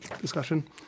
discussion